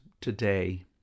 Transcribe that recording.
today